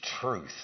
truth